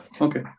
okay